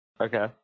Okay